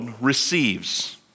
receives